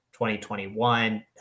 2021